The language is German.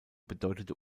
bedeutete